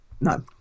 No